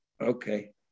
Okay